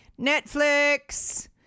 Netflix